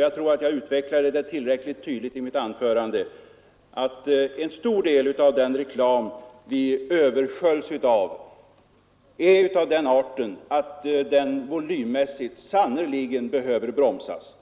Jag tror att jag utvecklade tillräckligt tydligt i mitt anförande att en stor del av den reklam som vi översköljs av är av den arten att den volymmässigt sannerligen behöver bromsas.